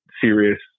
serious